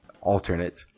alternate